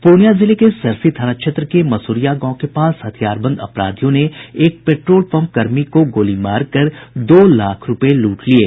पूर्णिया जिले के सरसी थाना क्षेत्र के मसूरिया गांव के पास हथियारबंद अपराधियों ने एक पेट्रोल पंप कर्मी को गोली मार कर दो लाख रुपये लूट लिये